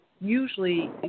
usually